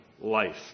life